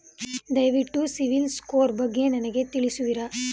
ದಯವಿಟ್ಟು CIBIL score ಬಗ್ಗೆ ನನಗೆ ತಿಳಿಸುವಿರಾ?